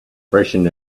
freshen